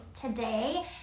today